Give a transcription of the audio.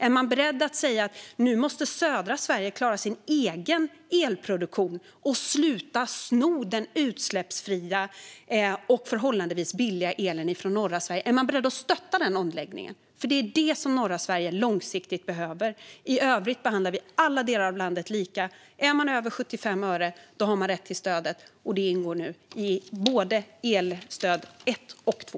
Är man beredd att säga att södra Sverige måste klara sin egen elproduktion och sluta sno den utsläppsfria och förhållandevis billiga elen från norra Sverige? Är man beredd att stötta den omläggningen? För det är vad norra Sverige långsiktigt behöver. I övrigt behandlas alla delar av landet lika. Om priset är över 75 öre per kilowattimme har man rätt till stöd, och det ingår nu i både elstöd ett och två.